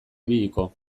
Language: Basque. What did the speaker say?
ibiliko